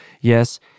yes